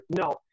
No